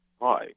hi